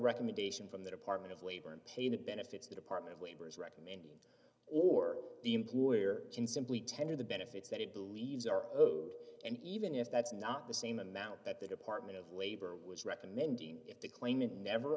recommendation from the department of labor and pay the benefits the department of labor is recommended or the employer can simply tender the benefits that it believes are owed d and even if that's not the same amount that the department of labor was recommending if the claimant never